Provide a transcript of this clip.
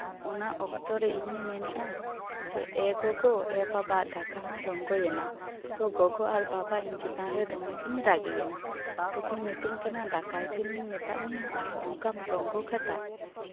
ᱚᱱᱟ ᱚᱠᱛᱚᱨᱮ ᱤᱧᱤᱧ ᱢᱮᱱᱮᱜᱼᱟ ᱮ ᱜᱚᱜᱚ ᱮ ᱵᱟᱵᱟ ᱫᱟᱠᱟ ᱢᱟ ᱨᱚᱝᱜᱚ ᱭᱮᱱᱟ ᱛᱳ ᱜᱚᱜᱚ ᱟᱨ ᱵᱟᱵᱟ ᱤᱧ ᱪᱮᱛᱟᱱᱨᱮ ᱫᱚᱢᱮ ᱠᱤᱱ ᱨᱟᱜᱤᱭᱮᱱᱟ ᱛᱚ ᱠᱤᱱ ᱢᱮᱛᱟᱧ ᱠᱟᱱᱟ ᱫᱟᱠᱟ ᱤᱥᱤᱱ ᱞᱤᱧ ᱢᱮᱛᱟᱜ ᱢᱮᱭᱟ ᱟᱨ ᱱᱚᱜ ᱚᱝᱠᱟᱢ ᱨᱚᱝᱜᱚ ᱠᱟᱫᱟ